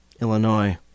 Illinois